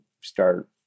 start